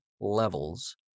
levels